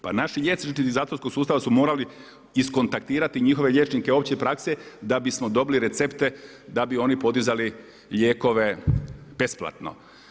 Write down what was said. Pa naši liječnici iz zatvorskog sustava su morali iskontaktirati njihove liječnike opće prakse da bismo dobili recepte da bi oni podizali lijekove besplatno.